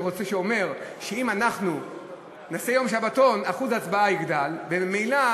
שהוא אומר שאם נעשה יום שבתון אחוז ההצבעה יגדל וממילא